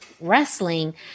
wrestling